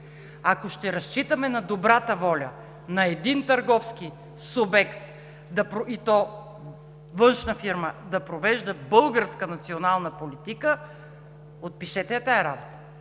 Ако ще разчитаме на добрата воля на един търговски субект, и то външна фирма, да провежда българска национална политика, отпишете я тази работа.